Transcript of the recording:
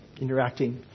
interacting